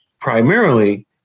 primarily